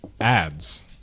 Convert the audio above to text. Ads